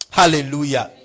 hallelujah